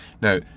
Now